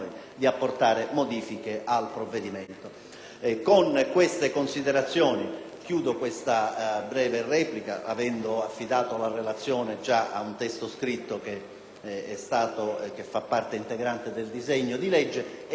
Con queste considerazioni termino questa breve replica, avendo affidato la relazione ad un testo scritto che fa parte integrante del disegno di legge. Mi auguro che dall'esame dei molti emendamenti - circa